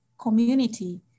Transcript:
community